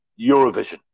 Eurovision